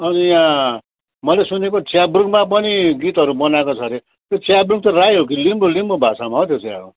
अनि यहाँ मैले सुनेको च्याब्रुङमा पनि गीतहरू बनाएको छ अरे त्यो च्याब्रुङ चाहिँ राई हो कि लिम्बु लिम्बु भाषामा हो त्यो चाहिँ अब